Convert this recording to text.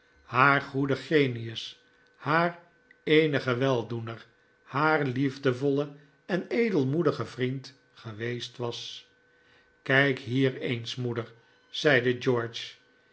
haar goede genius haar eenige weldoener haar liefdevolle en edelmoedige vriend geweest was kijk hier eens moeder zeide george